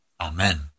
Amen